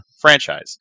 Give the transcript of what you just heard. franchise